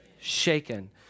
shaken